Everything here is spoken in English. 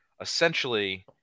essentially